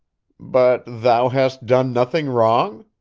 but thou hast done nothing wrong?